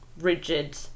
rigid